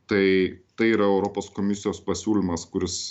tai tai yra europos komisijos pasiūlymas kuris